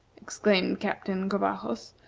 exclaimed captain covajos,